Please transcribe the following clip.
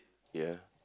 ya